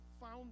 found